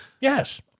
Yes